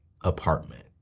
apartment